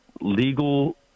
legal